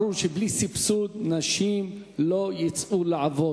ברור שבלי סבסוד נשים לא יצאו לעבוד,